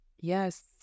Yes